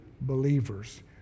believers